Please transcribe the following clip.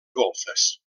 golfes